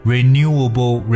Renewable